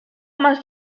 más